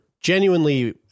genuinely